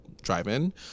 drive-in